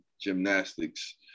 gymnastics